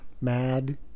Mad